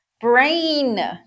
Brain